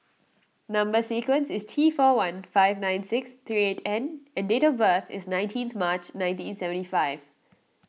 Number Sequence is T four one five nine six three eight N and date of birth is nineteenth March nineteen seventy five